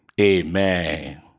Amen